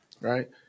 right